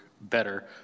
better